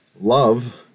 love